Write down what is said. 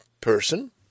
person